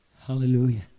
Hallelujah